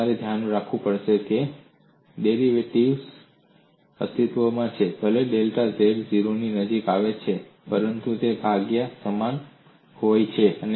તેથી તમારે ધ્યાનમાં રાખવું પડશે કે ડેરિવેટિવ અસ્તિત્વમાં છે ભલે ડેલ્ટા z 0 ની નજીક આવે તે જરૂરી છે કે ભાગની મર્યાદા સમાન હોય